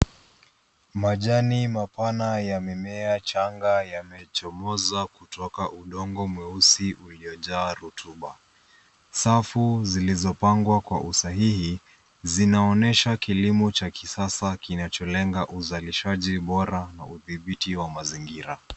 Majani mapana yamemea changa ,yamechomoza kutoka udongo mweusi uliojaa rotuba. Safu zilizopangwa kwa usahihi zinaonesha kilimo cha kisasa kinacholenga uzalishaji bora na udhibiti wa mazingira.